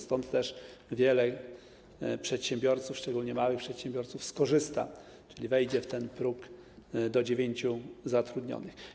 Stąd też wielu przedsiębiorców, szczególnie małych przedsiębiorców, skorzysta, czyli wejdzie w próg do dziewięciu zatrudnionych.